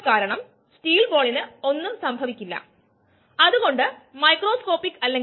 ഒരു unit volume അടിസ്ഥാനത്തിൽ നമ്മുടെ നിരക്കുകൾ എഴുതുന്നതിനുള്ള സാധാരണ രീതിയാണിത്